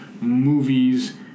movies